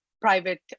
private